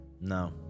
No